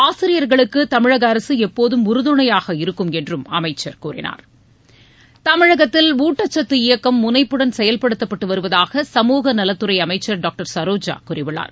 ஆசிரியர்களுக்கு தமிழக அரசு எப்போதும் உறுதுணையாக இருக்கும் என்றும் அமைச்சர் கூறினார் தமிழகத்தில் ஊட்டச்சத்து இயக்கம் முனைப்புடன் செயல்படுத்தப்பட்டு வருவதாக சமூக நலத்துறை அமைச்சர் டாக்டர் சரோஜா கூறியுள்ளார்